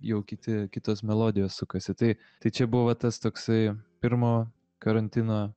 jau kiti kitos melodijos sukasi tai tai čia buvo tas toksai pirmo karantino